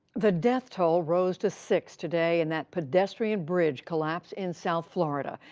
the death toll rose to six today in that pedestrian bridge collapse in south florida,